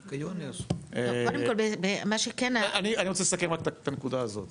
אני רוצה רק לסכם את הנקודה הזאת,